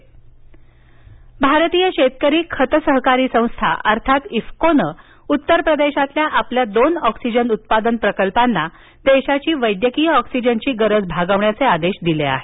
IFFCO oxygen भारतीय शेतकरी खतं सहकारी संस्था अर्थात इफ्कोनं उत्तरप्रदेशातल्या आपल्या दोन ऑक्सीजन उत्पादन प्रकल्पांना देशाची वैद्यकीय ऑक्सीजनची गरज भागवण्याचे आदेश दिले आहेत